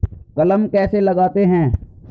कलम कैसे लगाते हैं?